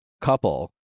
couple